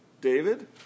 David